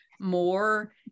more